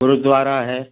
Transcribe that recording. गुरुद्वारा है